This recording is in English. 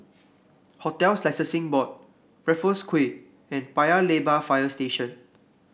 Hotels Licensing Board Raffles Quay and Paya Lebar Fire Station